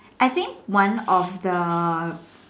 I think one of the